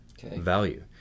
value